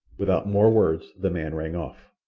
without more words the man rang off.